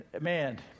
man